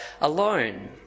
alone